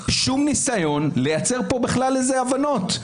מצידכם לייצר כאן איזה שהן הבנות.